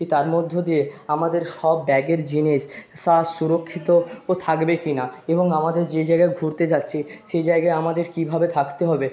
কি তার মধ্য দিয়ে আমাদের সব ব্যাগের জিনিস সা সুরক্ষিত ও থাকবে কি না এবং আমাদের যে জায়গায় ঘুরতে যাচ্ছি সেই জায়গায় আমাদের কীভাবে থাকতে হবে